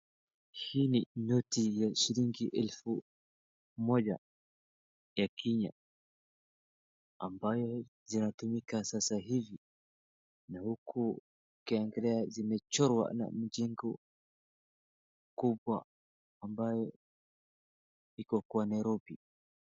Hii ni noti ya shilingi elfu moja ya Kenya ambayo zinatumika sasa hivi na huku ukiangalia zimechorwa na jengo kubwa ambaye iko kwa Nairobi.